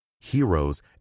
heroes